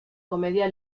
comedia